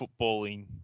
footballing